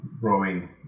growing